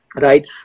Right